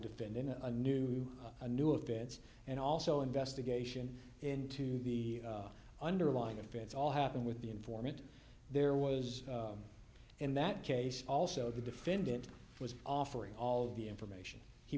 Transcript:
defendant in a new a new events and also investigation into the underlying offense all happened with the informant there was in that case also the defendant was offering all the information he